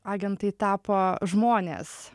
agentai tapo žmonės